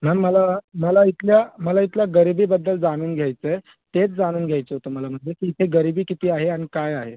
ma'am मला मला इथल्या मला इथल्या गरीबीबद्दल जाणून घ्यायचं आहे तेच जाणून घ्यायचं होतं मला म्हणजे की इथे गरिबी किती आहे आणि काय आहे